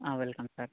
ಹಾಂ welcome sir